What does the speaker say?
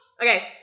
okay